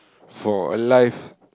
for alive